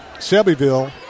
Shelbyville